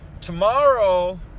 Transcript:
Tomorrow